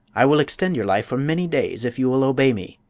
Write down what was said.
i will extend your life for many days, if you will obey me,